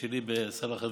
תשאלי בצלאח א-דין.